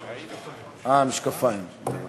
הרווחה והבריאות החליטה להודיע לכנסת על רצונה להחיל דין רציפות